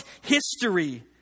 history